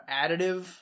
additive